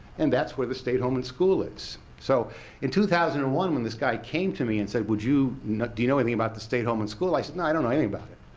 and that's where the state home and school is. so in two thousand and one, when this guy came to me, and said, would you know do you know anything about the state home and school? i said, no i don't know anything about it.